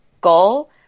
goal